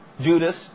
Judas